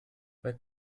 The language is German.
weil